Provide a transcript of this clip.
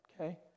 okay